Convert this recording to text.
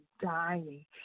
dying